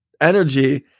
energy